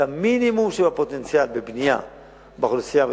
את המינימום שבפוטנציאל בבנייה באוכלוסייה הערבית,